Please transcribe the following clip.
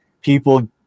people